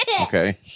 Okay